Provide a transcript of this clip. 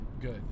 good